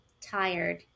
tired